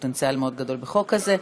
פוטנציאל מאוד גדול בחוק הזה.